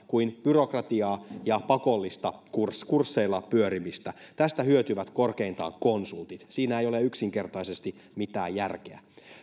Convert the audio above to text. kuin byrokratiaa ja pakollista kursseilla pyörimistä tästä hyötyvät korkeintaan konsultit siinä ei ole yksinkertaisesti mitään järkeä